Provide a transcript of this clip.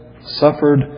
suffered